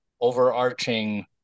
overarching